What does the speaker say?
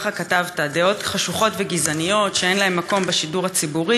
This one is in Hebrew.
ככה כתבת: דעות חשוכות וגזעניות שאין להן מקום בשידור הציבורי,